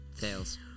Tails